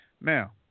Now